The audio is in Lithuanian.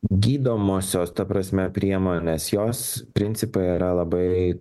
gydomosios ta prasme priemonės jos principai yra labai